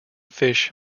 fish